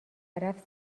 رفت